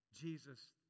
Jesus